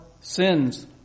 sins